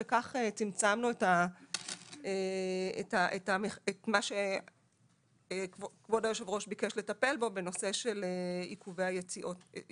וכך צמצמנו את מה שכבוד יושב הראש ביקש לטפל בו בנושא של עיכובי הטיסה.